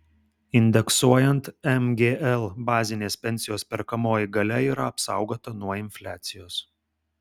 indeksuojant mgl bazinės pensijos perkamoji galia yra apsaugota nuo infliacijos